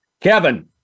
Kevin